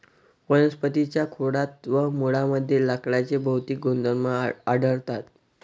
वनस्पतीं च्या खोडात व मुळांमध्ये लाकडाचे भौतिक गुणधर्म आढळतात